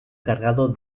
cargado